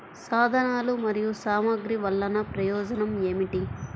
సాధనాలు మరియు సామగ్రి వల్లన ప్రయోజనం ఏమిటీ?